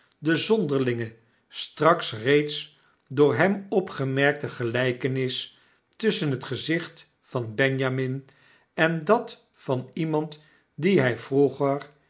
de zonderlinge straks reeds door hem opgemerkte gelijkenis tusschen het gezicht van benjamin en dat van iemand dien hy vroeger